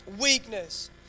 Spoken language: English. weakness